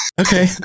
Okay